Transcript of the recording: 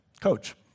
Coach